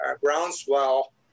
groundswell